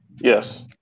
Yes